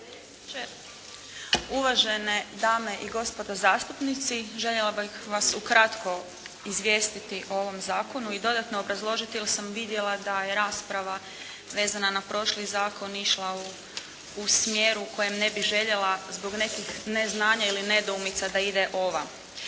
uvažene dame i gospodo zastupnici. Željela bih vas ukratko izvijestiti o ovom zakonu i dodatno obrazložiti jer sam vidjela da je rasprava vezana na prošli zakon išla u smjeru u kojem ne bih željela zbog nekih neznanja ili nedoumica da ide ova.